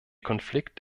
konflikt